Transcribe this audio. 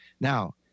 Now